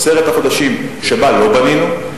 עשרת החודשים שבהם לא בנינו?